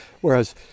whereas